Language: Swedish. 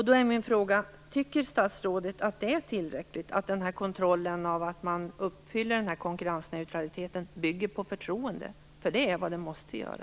Då är min fråga: Tycker statsrådet att det är tillräckligt att kontrollen av att man uppfyller konkurrensneutraliteten bygger på förtroende? Det är vad den måste göra.